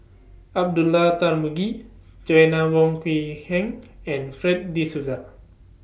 Abdullah Tarmugi Joanna Wong Quee Heng and Fred De Souza